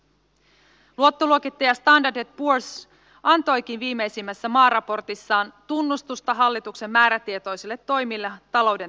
luottoluokittaja standard poor s antoikin viimeisimmässä maaraportissaan tunnustusta hallituksen määrätietoisille toimille talouden tasapainottamiseksi